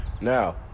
Now